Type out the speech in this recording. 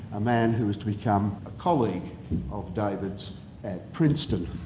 a man who is to become a colleague of david's at princeton.